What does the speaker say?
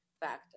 factor